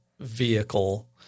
vehicle